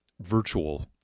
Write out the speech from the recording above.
virtual